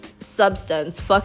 substance